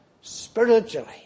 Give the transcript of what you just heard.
spiritually